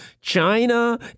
China